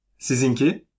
Sizinki